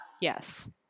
Yes